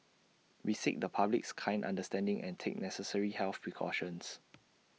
we seek the public's kind understanding and take necessary health precautions